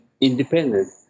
independent